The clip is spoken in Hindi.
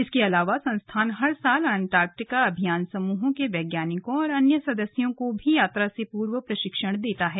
इसके अलावा संस्थान हर साल अंटार्कटिका अभियान समूहों के वैज्ञानिकों और अन्य सदस्यों को भी यात्रा से पूर्व प्रशिक्षण देता है